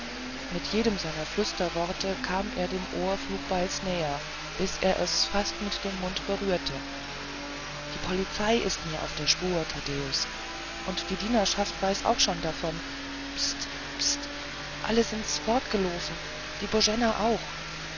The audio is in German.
mit jedem seiner flüsterworte kam er dem ohr flugbeils näher bis er es fast mit dem mund berührte die polizei is mir auf der spur taddäus und die dienerschaft weiß auch schon davon pst pst alle sin s fortgeloffen die boena auch